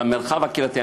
במרחב הקהילתי,